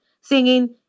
singing